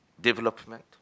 development